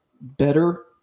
better